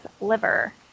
liver